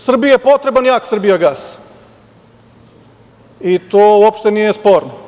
Srbiji je potreban jak "Srbijagas" i to uopšte nije sporno.